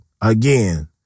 Again